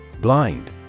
Blind